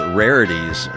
rarities